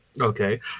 Okay